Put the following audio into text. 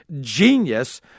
genius